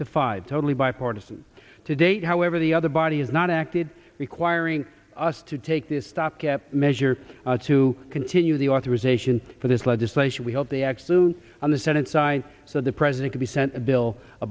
to five totally bipartisan to date however the other body has not acted requiring us to take this stopgap measure to continue the authorization for this legislation we hope the axe through on the senate side so the president could be sent a bill